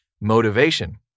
Motivation